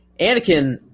Anakin